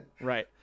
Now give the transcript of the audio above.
Right